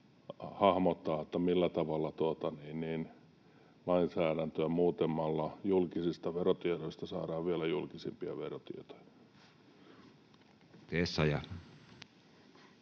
hahmottaa, millä tavalla lainsäädäntöä muuttamalla julkisista verotiedoista saadaan vielä julkisempia verotietoja.